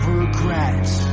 regrets